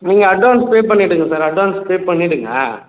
நீங்கள் advance pay பண்ணிவிடுங்க sir advance pay பண்ணிவிடுங்க